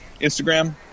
instagram